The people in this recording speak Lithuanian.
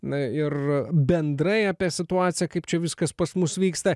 na ir bendrai apie situaciją kaip čia viskas pas mus vyksta